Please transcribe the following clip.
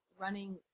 running